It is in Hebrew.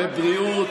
בבריאות.